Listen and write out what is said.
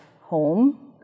home